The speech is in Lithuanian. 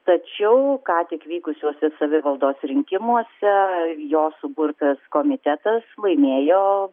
tačiau ką tik vykusiuose savivaldos rinkimuose jo suburtas komitetas laimėjo